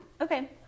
Okay